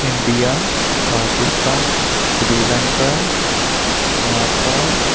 India Pakistan Sri Lanka Nepal